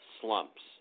slumps